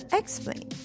explain